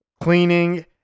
cleaning